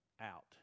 out